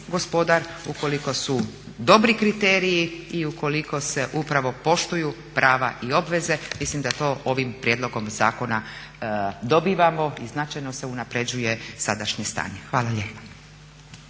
gospodar ukoliko su dobri kriteriji i ukoliko se upravo poštuju prava i obveze. Mislim da to ovim prijedlogom zakona dobivamo i značajno se unapređuje sadašnje stanje. Hvala lijepa.